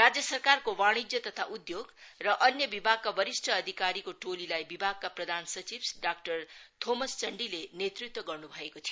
राज्य सरकारको वाणिज्य तथा उद्योग र अन्य विभागका वरिष्ठ अधिकारीको टोलीलाई विभागका प्रधान सचिव डाक्टर थोमस चन्डीले नेतृत्त्व गर्नु भएको थियो